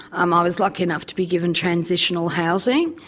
um i was lucky enough to be given transitional housing,